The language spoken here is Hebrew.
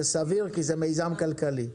זה סביר כי זה מיזם כלכלי,